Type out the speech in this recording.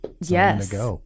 Yes